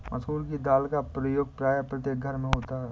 मसूर की दाल का प्रयोग प्रायः प्रत्येक घर में होता है